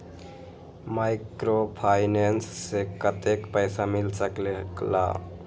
Microfinance से कतेक पैसा मिल सकले ला?